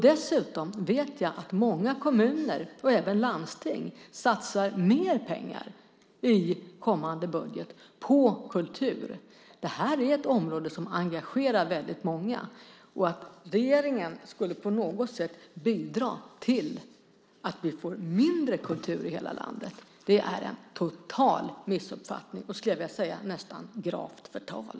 Dessutom vet jag att många kommuner och även landsting satsar mer pengar i kommande budget på kultur. Det här är ett område som engagerar väldigt många. Att regeringen på något sätt skulle bidra till att vi får mindre kultur i hela landet är en total missuppfattning och, skulle jag vilja säga, nästan gravt förtal.